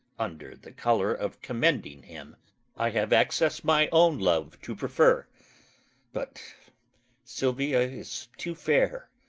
under the colour of commending him i have access my own love to prefer but silvia is too fair,